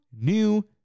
new